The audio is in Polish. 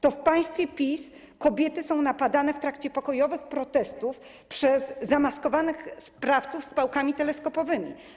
To w państwie PiS kobiety są napadane w trakcie pokojowych protestów przez zamaskowanych sprawców z pałkami teleskopowymi.